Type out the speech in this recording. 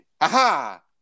aha